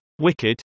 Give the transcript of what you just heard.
Wicked